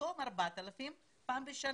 במקום 4,000 שקלים פעם בשנה,